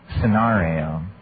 scenario